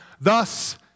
thus